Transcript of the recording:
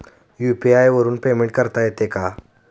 UPI वरून payment करता येते का?